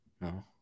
No